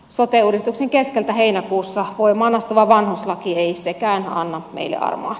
sote uudistuksen keskeltä heinäkuussa voimaan astuva vanhuslaki ei sekään anna meille armoa